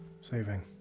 saving